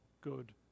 good